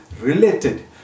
related